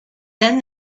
then